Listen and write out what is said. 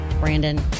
Brandon